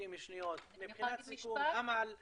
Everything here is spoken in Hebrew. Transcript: משפט סיכום עמאל,